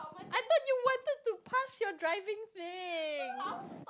I thought you wanted to pass your driving thing